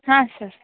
ಹಾಂ ಸರ್